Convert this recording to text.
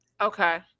Okay